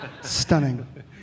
stunning